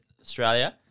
australia